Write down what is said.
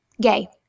Gay